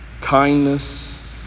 kindness